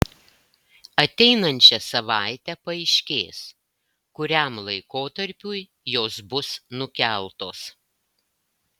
ateinančią savaitę paaiškės kuriam laikotarpiui jos bus nukeltos